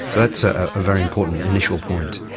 that's ah a very important initial point.